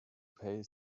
pay